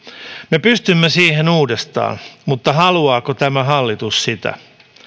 me pystymme siihen uudestaan mutta haluaako tämä hallitus sitä